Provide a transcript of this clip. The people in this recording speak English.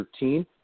13